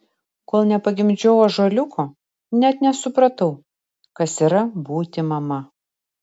kol nepagimdžiau ąžuoliuko net nesupratau kas yra būti mama